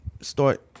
start